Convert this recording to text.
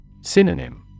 Synonym